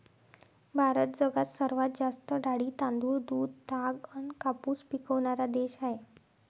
भारत जगात सर्वात जास्त डाळी, तांदूळ, दूध, ताग अन कापूस पिकवनारा देश हाय